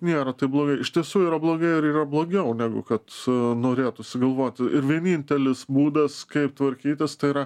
nėra taip blogai iš tiesų yra blogai ir yra blogiau negu kad norėtųsi galvoti ir vienintelis būdas kaip tvarkytis tai yra